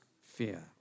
fear